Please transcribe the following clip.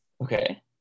Okay